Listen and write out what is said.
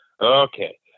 okay